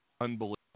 unbelievable